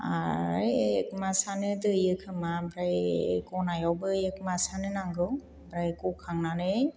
आरो एक मासआनो दैयोखोमा ओमफ्राय गनायावबो एक मासआनो नांगौ ओमफ्राय गखांनानै